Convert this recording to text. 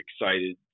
excited